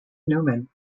newman